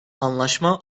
anlaşma